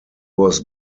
was